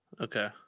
Okay